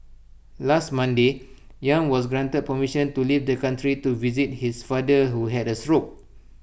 last Monday yang was granted permission to leave the country to visit his father who had A stroke